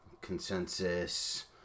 consensus